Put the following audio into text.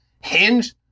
Hinge